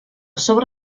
sobre